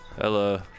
Hello